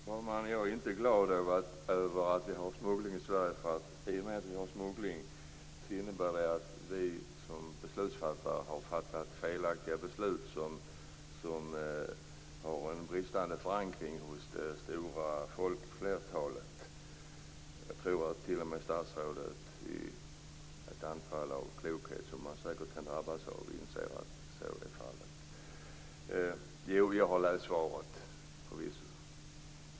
Fru talman! Jag är inte glad över att vi har smuggling till Sverige. Det innebär att vi som beslutsfattare har fattat felaktiga beslut som har en bristande förankring hos det stora folkflertalet. Jag tror att t.o.m. statsrådet i ett anfall av klokhet, som han säkert kan drabbas av, inser att så är fallet. Jo, jag har förvisso läst svaret.